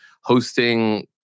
hosting